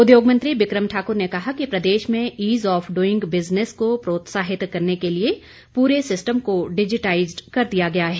उद्योग मंत्री बिकम ठाकुर ने कहा कि प्रदेश में ईज़ ऑफ डुईंग बिजनेस को प्रोत्साहित करने के लिए पूरे सिस्टम को डिजिटाईजड कर दिया गया है